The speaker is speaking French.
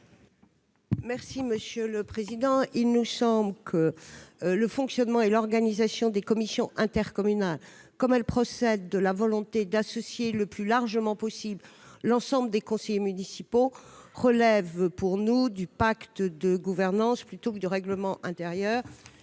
de la commission ? Il nous semble que le fonctionnement et l'organisation des commissions intercommunales, comme ils procèdent de la volonté d'associer le plus largement possible l'ensemble des conseillers municipaux, relèvent du pacte de gouvernance plutôt que du règlement intérieur.